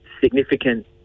significant